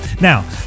Now